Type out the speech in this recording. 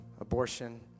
abortion